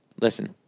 Listen